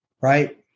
Right